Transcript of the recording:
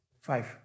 five